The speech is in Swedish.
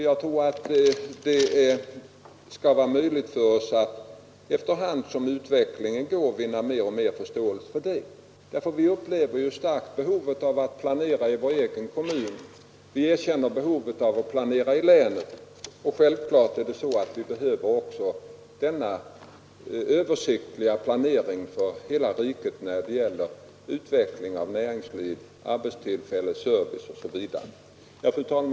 Jag tror att det skall bli möjligt för oss att efter hand som utvecklingen går vidare vinna allt större förståelse för detta arbete. Vi upplever ett starkt behov av att planera i vår egen kommun, vi erkänner behovet av att planera i länet och självklart behöver vi också en översiktlig planering för hela riket när det gäller utveckling av näringsliv, arbetstillfällen, service osv. Fru talman!